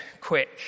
quick